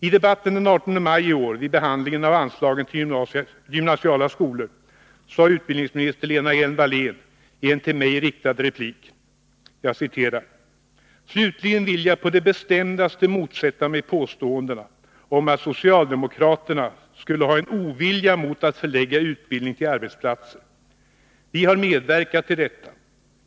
I debatten den 18 maj i år vid behandlingen av anslagen till gymnasiala skolor sade utbildningsminister Lena Hjelm-Wallén i en till mig riktad replik: ”Slutligen vill jag på det bestämdaste motsätta mig påståendena om att socialdemokraterna skulle ha en ovilja mot att förlägga utbildning till arbetsplatser. Vi har medverkat till detta.